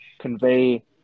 convey